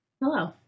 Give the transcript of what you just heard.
Hello